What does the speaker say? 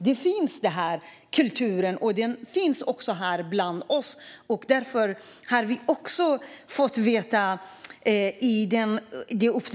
Där finns den här kulturen, och den finns också här bland oss.